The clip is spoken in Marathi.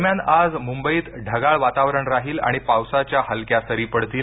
दरम्यान आज मुंबईत ढगाळ वातावरण राहील आणि पावसाच्या हलक्या सरी पडतील